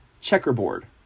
checkerboard